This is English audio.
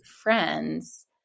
friends